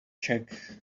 check